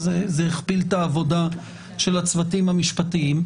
זה הכפיל את העבודה של הצוותים המשפטיים.